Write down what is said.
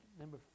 number